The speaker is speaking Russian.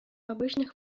обычных